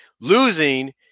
losing